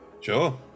Sure